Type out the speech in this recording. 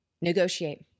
negotiate